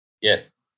Yes